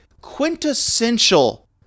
quintessential